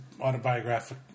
autobiographic